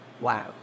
Wow